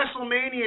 WrestleMania